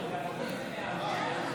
כהצעת הוועדה, נתקבל.